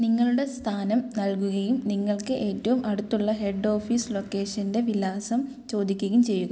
നിങ്ങളുടെ സ്ഥാനം നൽകുകയും നിങ്ങൾക്ക് ഏറ്റവും അടുത്തുള്ള ഹെഡ് ഓഫീസ് ലൊക്കേഷൻ്റെ വിലാസം ചോദിക്കുകയും ചെയ്യുക